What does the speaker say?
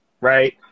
Right